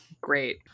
Great